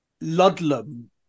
Ludlam